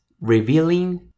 revealing